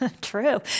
True